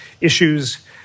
issues